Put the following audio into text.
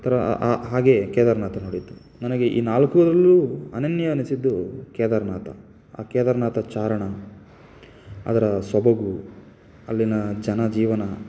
ಥರ ಹಾಗೇ ಕೇದಾರನಾಥ ನೋಡಿದ್ದು ನನಗೆ ಈ ನಾಲ್ಕದ್ರಲ್ಲೂ ಅನನ್ಯ ಅನಿಸಿದ್ದು ಕೇದಾರನಾಥ ಆ ಕೇದಾರನಾಥ ಚಾರಣ ಅದರ ಸೊಬಗು ಅಲ್ಲಿನ ಜನಜೀವನ